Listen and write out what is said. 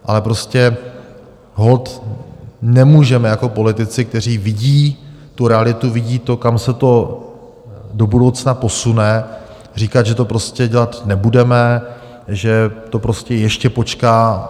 Ale prostě holt nemůžeme jako politici, kteří vidí tu realitu, vidí to, kam se to do budoucna posune, říkat, že to prostě dělat nebudeme, že to prostě ještě počká.